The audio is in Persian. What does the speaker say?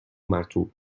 مرطوب